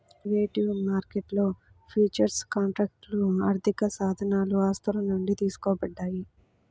derivative మార్కెట్లో futures కాంట్రాక్ట్లు ఆర్థికసాధనాలు ఆస్తుల నుండి తీసుకోబడ్డాయి